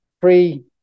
free